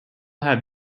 have